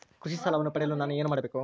ಕೃಷಿ ಸಾಲವನ್ನು ಪಡೆಯಲು ನಾನು ಏನು ಮಾಡಬೇಕು?